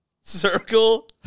circle